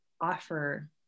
offer